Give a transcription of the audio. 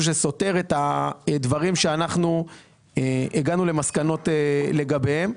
שסותר את הדברים שאנחנו הגענו למסקנות לגביהם.